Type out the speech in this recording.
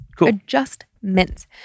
Adjustments